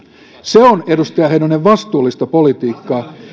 se on edustaja heinonen vastuullista politiikkaa